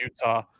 Utah